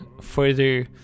further